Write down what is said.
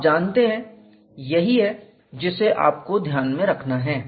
आप जानते हैं यही है जिसे आपको ध्यान में रखना है